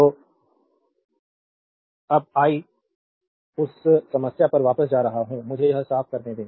तो अब आई उस समस्या पर वापस जा रहा हूं मुझे यह साफ करने दें